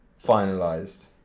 finalized